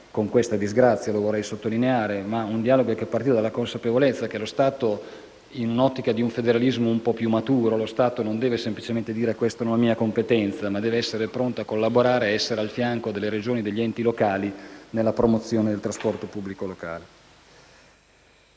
di questa disgrazia, ma è scaturito dalla consapevolezza che nell'ottica di un federalismo un po' più maturo, lo Stato non deve semplicemente dire «questa non è mia competenza», ma deve essere pronto a collaborare ed essere al fianco delle Regioni e degli enti locali nella promozione del trasporto pubblico locale.